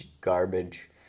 garbage